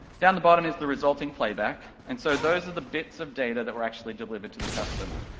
down the bottom is the resulting playback, and so those are the bits of data that were actually delivered to the customer,